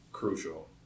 crucial